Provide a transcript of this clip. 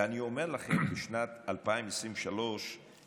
ואני אומר לכם בשנת 2023 ששקט,